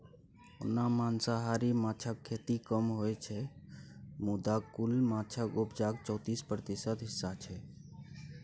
ओना मांसाहारी माछक खेती कम होइ छै मुदा कुल माछक उपजाक चौतीस प्रतिशत हिस्सा छै